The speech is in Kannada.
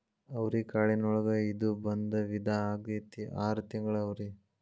ಅವ್ರಿಕಾಳಿನೊಳಗ ಇದು ಒಂದ ವಿಧಾ ಆಗೆತ್ತಿ ಆರ ತಿಂಗಳ ಅವ್ರಿ